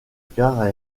gare